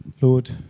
Lord